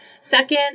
second